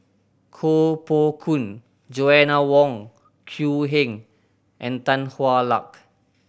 Koh Poh Koon Joanna Wong Quee Heng and Tan Hwa Luck